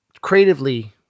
creatively